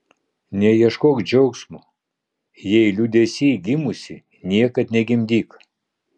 neieškok džiaugsmo jei liūdesy gimusi niekad negimdyk